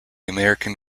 american